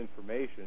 information